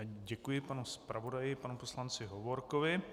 Děkuji panu zpravodaji panu poslanci Hovorkovi.